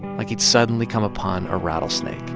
like he'd suddenly come upon a rattlesnake